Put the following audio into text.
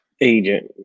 Agent